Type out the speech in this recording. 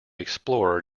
explorer